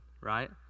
right